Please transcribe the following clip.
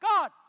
God